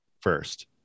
first